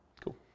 Cool